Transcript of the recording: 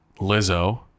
Lizzo